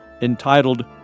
entitled